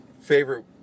favorite